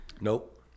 Nope